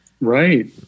Right